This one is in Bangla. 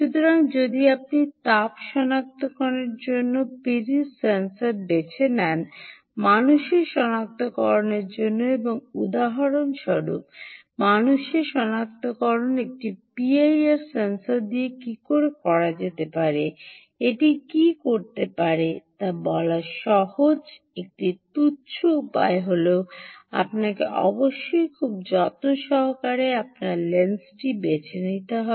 সুতরাং যদি আপনি তাপ সনাক্তকরণের জন্য পিরির সেন্সরটি বেছে নেন মানুষের সনাক্তকরণের জন্য এবং উদাহরণস্বরূপ মানুষের সনাক্তকরণে একটি পিআইআর কী করতে পারে এটি কী করতে পারেতা বলার সহজ একটি তুচ্ছ উপায় হল আপনাকে অবশ্যই খুব যত্ন সহকারে আপনার লেন্সটি বেছে নিতে হবে